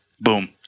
Boom